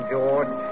George